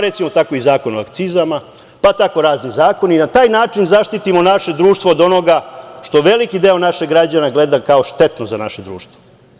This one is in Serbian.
Recimo tako i Zakon o akcizama, pa tako razni zakoni i na taj način zaštitimo naše društvo od onoga što veliki deo naših građana gleda kao štetno za naše društvo.